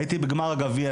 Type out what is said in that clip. הייתי בגמר הגביע,